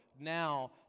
now